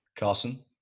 Carson